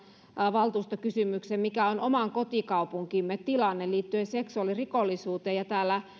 valtuustokysymyksen mikä on oman kotikaupunkimme tilanne liittyen seksuaalirikollisuuteen ja kun täällä